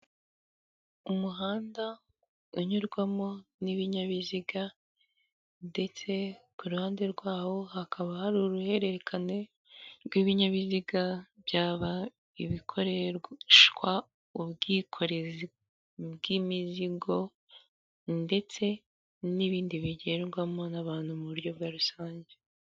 Umuhanda unyurwamo n'ibinyabiziga ndetse ku ruhande rwawo hakaba hari uruhererekane rw'ibinyabiziga, byaba ibikoreshwa ubwikorezi bw'imizigo ndetse n'ibindi bigendwamo n'abantu mu buryo bwa rusange.